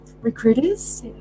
recruiters